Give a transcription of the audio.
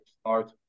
start